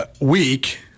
week